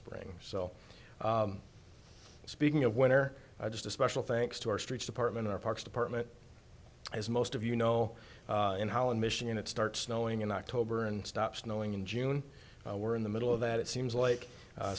spring so speaking of where i just a special thanks to our streets department our parks department as most of you know in holland michigan it starts snowing in october and stop snowing in june we're in the middle of that it seems like